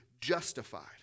justified